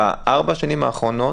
בארבע השנים האחרונות,